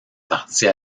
partie